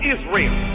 Israel